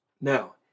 Now